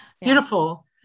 Beautiful